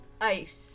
ice